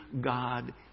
God